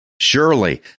surely